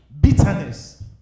bitterness